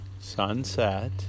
Sunset